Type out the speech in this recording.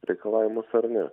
reikalavimus ar ne